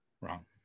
Wrong